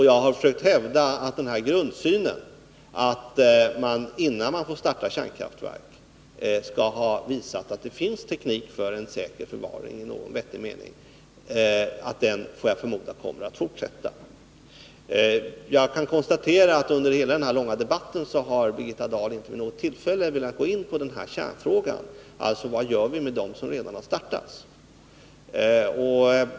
Jag har försökt hävda att denna grundsyn, att man innan man får starta kärnkraftverk skall ha visat att det finns teknik för en säker förvaring i någon vettig mening, kommer att fortsätta. Jag kan konstatera att under hela den långa debatten har Birgitta Dahl inte vid något tillfälle velat gå in på denna kärnfråga, dvs. vad vi gör med de verk som redan har startats.